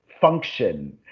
function